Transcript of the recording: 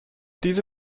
diese